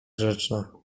grzeczna